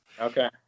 Okay